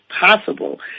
possible